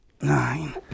nine